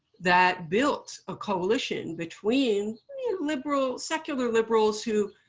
that built a coalition between liberal secular liberals who,